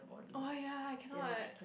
oh ya cannot eh